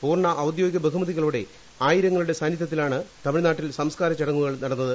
പൂർണ്ണ ഔദ്യോഗിക ബഹുമതികോടെ ആയിരങ്ങളുടെ സാന്നിദ്ധ്യത്തിലാണ് തമിഴ്നാട്ടിൽ സംസ്കാര ചടങ്ങുകൾ നടന്നത്